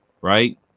right